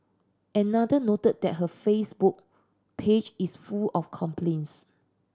another noted that her Facebook page is full of complaints